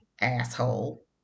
asshole